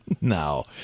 No